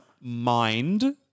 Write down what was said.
Mind